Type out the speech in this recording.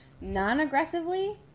non-aggressively